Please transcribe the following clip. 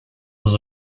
was